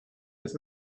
with